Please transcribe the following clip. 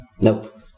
Nope